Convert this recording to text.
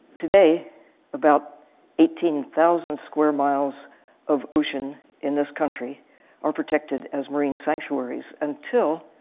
today about eighteen thousand square miles of ocean in this country are protected as marine sanctuaries, until